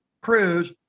cruise